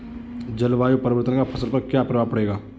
जलवायु परिवर्तन का फसल पर क्या प्रभाव पड़ेगा?